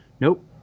Nope